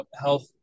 health